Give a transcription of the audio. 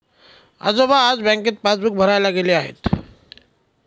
आजोबा आज बँकेत पासबुक भरायला गेले आहेत